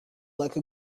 like